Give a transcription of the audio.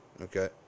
Okay